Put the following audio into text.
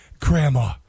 grandma